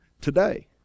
today